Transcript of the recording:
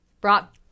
brought